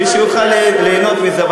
מישהו יוכל ליהנות מזה.